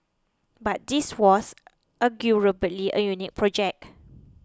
but this was a unique project